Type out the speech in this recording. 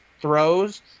throws